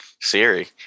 Siri